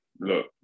look